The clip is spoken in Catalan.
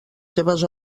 seves